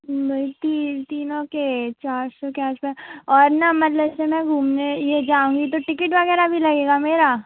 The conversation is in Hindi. मैं तीन तीनों के चार सौ के आस पास और ना मतलब जैसे मैं घूमने ये जाऊँगी तो टिकेट वग़ैरह भी लगेगा मेरा